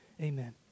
Amen